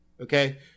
Okay